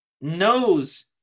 knows